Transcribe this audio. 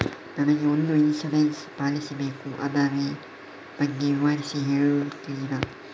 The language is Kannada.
ನನಗೆ ಒಂದು ಇನ್ಸೂರೆನ್ಸ್ ಪಾಲಿಸಿ ಬೇಕು ಅದರ ಬಗ್ಗೆ ವಿವರಿಸಿ ಹೇಳುತ್ತೀರಾ?